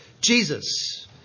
Jesus